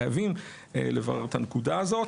חייבים לברר את הנקודה הזאת.